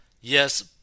Yes